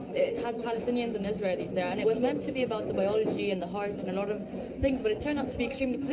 it had palestinians and israelis there, and it was meant to be about the biology biology and the heart and a lot of things, but it turned out to be extremely